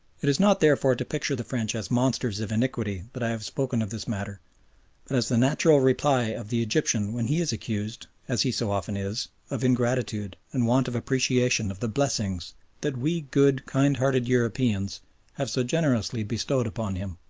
it is not therefore to picture the french as monsters of iniquity that i have spoken of this matter, but as the natural reply of the egyptian when he is accused, as he so often is, of ingratitude and want of appreciation of the blessings that we good, kind-hearted europeans have so generously bestowed upon him.